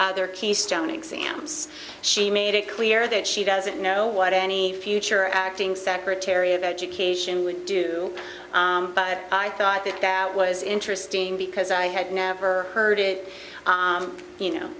the their keystone exams she made it clear that she doesn't know what any future acting secretary of education would do but i thought that that was interesting because i had never heard it you know